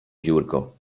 biurko